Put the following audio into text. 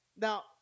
Now